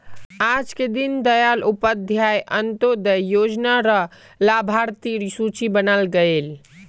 आजके दीन दयाल उपाध्याय अंत्योदय योजना र लाभार्थिर सूची बनाल गयेल